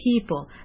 people